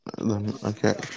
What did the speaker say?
Okay